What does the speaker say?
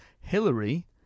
Hillary